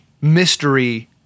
mystery